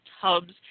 tubs